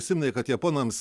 užsiminei kad japonams